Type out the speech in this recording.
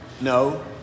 No